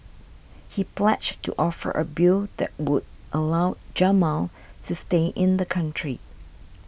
he pledged to offer a bill that would allow Jamal to stay in the country